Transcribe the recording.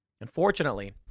Unfortunately